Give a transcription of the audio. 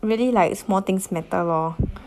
really like small things matter lor